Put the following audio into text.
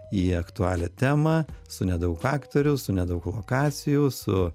į aktualią temą su nedaug aktorių su nedaug lokacijų su